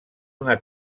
una